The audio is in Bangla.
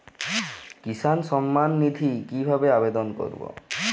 কিষান সম্মাননিধি কিভাবে আবেদন করব?